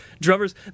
drummers